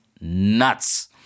nuts